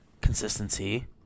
Consistency